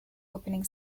opening